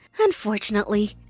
Unfortunately